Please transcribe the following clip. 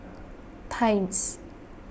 Times